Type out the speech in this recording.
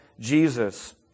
Jesus